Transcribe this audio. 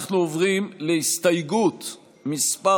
אנחנו עוברים להסתייגות מס'